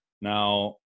Now